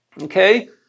Okay